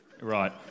Right